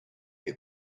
they